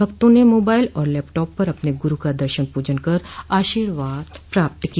भक्तों ने मोबाइल और लैपटॉप पर अपने गुरू का दर्शन पूजन कर आशीर्वाद प्राप्त किया